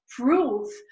proof